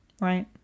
right